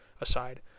aside